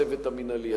הצוות המינהלי,